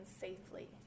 safely